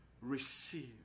receive